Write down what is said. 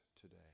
today